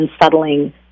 unsettling